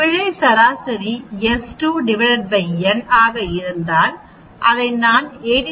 பிழை சராசரி s2 n ஆக இருந்தால் அதை நான் 89